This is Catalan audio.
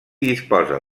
disposa